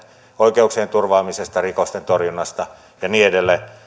oikeuksien turvaamisesta rikosten torjunnasta ja niin edelleen